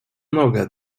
nogę